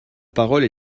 parole